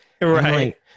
Right